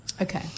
Okay